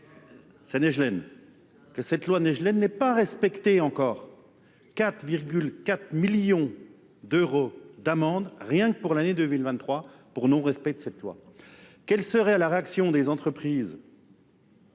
c'est neiglène, que cette loi neiglène n'est pas respectée encore. 4,4 millions d'euros d'amende, rien que pour l'année 2023, pour non-respect de cette loi. Quelle serait la réaction des entreprises